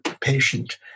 patient